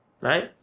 right